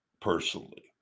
personally